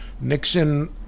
Nixon